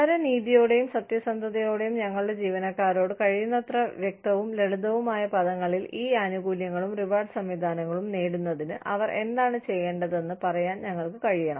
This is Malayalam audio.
വളരെ നീതിയോടെയും സത്യസന്ധതയോടെയും ഞങ്ങളുടെ ജീവനക്കാരോട് കഴിയുന്നത്ര വ്യക്തവും ലളിതവുമായ പദങ്ങളിൽ ഈ ആനുകൂല്യങ്ങളും റിവാർഡ് സംവിധാനങ്ങളും നേടുന്നതിന് അവർ എന്താണ് ചെയ്യേണ്ടതെന്ന് പറയാൻ ഞങ്ങൾക്ക് കഴിയണം